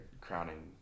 crowning